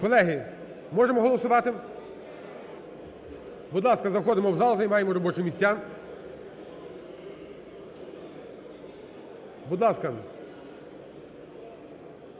Колеги, можемо голосувати? Будь ласка, заходимо в зал, займаємо робочі місця. Будь ласка,